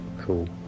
Cool